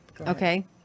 okay